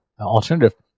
alternative